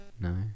No